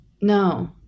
No